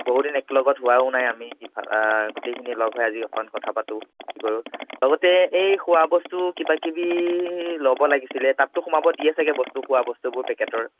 বহুত দিন একলগত হোৱাও নাই আমি গোটেইখিনি লগ হৈ আজি অকণ কথা পাতোঁ ফূৰ্ত্তি কৰোঁ লগতে এই খোৱা বস্তু কিবাকিবি ল'ব লাগিছিলে তাততো সোমাব দিয়ে চাগৈ বস্তু খোৱা বস্তুবোৰ পেকেটৰ